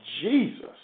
Jesus